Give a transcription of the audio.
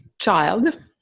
child